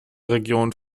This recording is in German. region